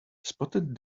spotted